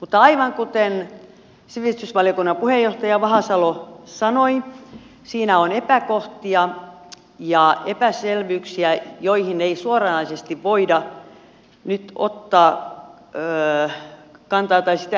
mutta aivan kuten sivistysvaliokunnan puheenjohtaja vahasalo sanoi siinä on epäkohtia ja epäselvyyksiä ja sitä